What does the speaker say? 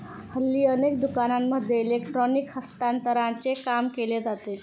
हल्ली अनेक दुकानांमध्ये इलेक्ट्रॉनिक हस्तांतरणाचे काम केले जाते